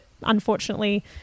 unfortunately